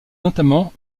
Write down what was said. notamment